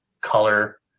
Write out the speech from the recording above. color